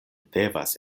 devas